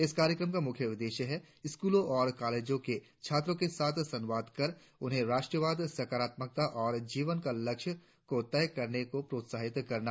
इस कार्यक्रम का मुख्य उद्देश्य है स्क्रलों और कॉलेजों के छात्रों के साथ संवाद कर उन्हें राष्ट्रवाद सकारत्मकता और जीवन का लक्ष्यों को तय करने को प्रोत्साहित करना